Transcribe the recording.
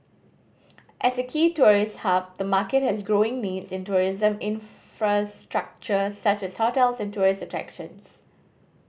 as a key tourist hub the market has growing needs in tourism infrastructure such as hotels and tourist attractions